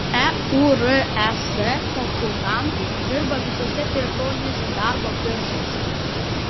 eures konsultantai dirba visose teritorinėse darbo biržose